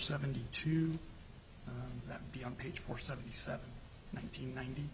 seventy two that be on page four seventy seven nineteen ninety